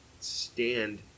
stand